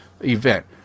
event